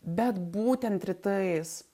bet būtent rytais